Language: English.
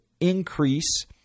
increase